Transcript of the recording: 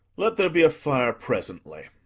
let there be a fire presently.